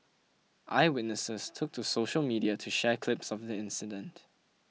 eyewitnesses took to social media to share clips of the incident